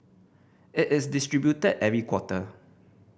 it is distributed every quarter